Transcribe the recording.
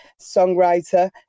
songwriter